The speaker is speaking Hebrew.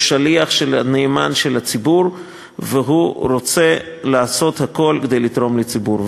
הוא שליח נאמן של הציבור והוא רוצה לעשות הכול כדי לתרום לציבור.